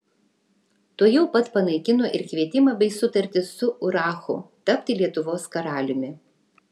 tuojau pat panaikino ir kvietimą bei sutartį su urachu tapti lietuvos karaliumi